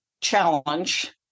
challenge